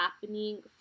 happening